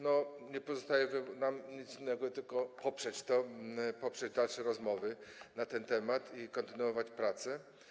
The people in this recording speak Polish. Nie pozostaje nam nic innego, jak tylko to poprzeć, poprzeć dalsze rozmowy na ten temat i kontynuować prace.